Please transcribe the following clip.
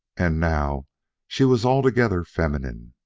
and now she was altogether feminine,